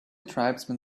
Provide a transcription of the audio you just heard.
tribesman